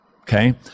okay